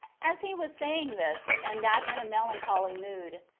as he was saying this, and that in a melancholy mood,